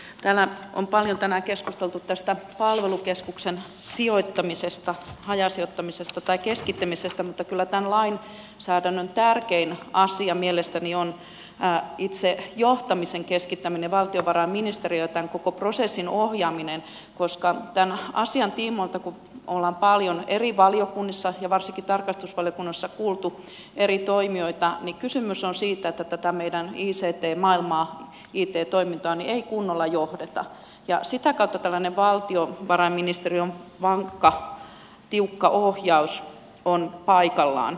täällä on paljon tänään keskusteltu tästä palvelukeskuksen sijoittamisesta hajasijoittamisesta tai keskittämisestä mutta kyllä tämän lainsäädännön tärkein asia mielestäni on itse johtamisen keskittäminen valtiovarainministeriöön ja tämän koko prosessin ohjaaminen koska kun tämän asian tiimoilta ollaan paljon eri valiokunnissa ja varsinkin tarkastusvaliokunnassa on kuultu eri toimijoita niin kysymys on siitä että tätä meidän ict maailmaa it toimintaa ei kunnolla johdeta ja sitä kautta tällainen valtiovarainministeriön vankka tiukka ohjaus on paikallaan